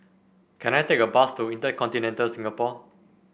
can I take a bus to InterContinental Singapore